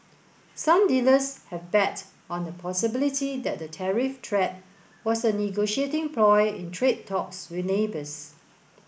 some dealers have bet on the possibility that the tariff threat was a negotiating ploy in trade talks with neighbours